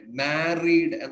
married